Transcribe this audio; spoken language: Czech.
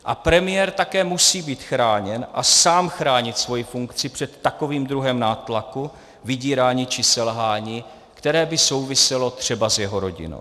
A premiér také musí být chráněn a sám chránit svoji funkci před takovým druhem nátlaku, vydírání či selhání, které by souviselo třeba s jeho rodinou.